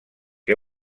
que